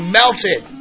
melted